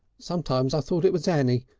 sometimes i thought it was annie,